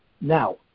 Now